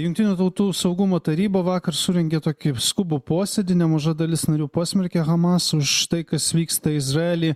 jungtinių tautų saugumo taryba vakar surengė tokį skubų posėdį nemaža dalis narių pasmerkė hamas už tai kas vyksta izraely